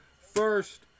first